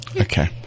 Okay